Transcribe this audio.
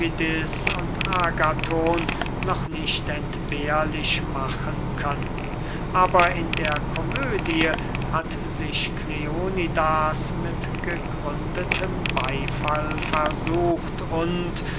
und agathon noch nicht entbehrlich machen können aber in der komödie hat sich kleonidas mit gegründetem beyfall versucht und